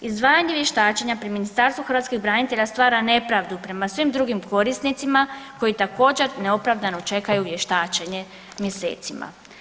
Izdvajanje vještačenja pri Ministarstvu hrvatskih branitelja stvara nepravdu prema svim drugim korisnicima koji također neopravdano čekaju vještačenje mjesecima.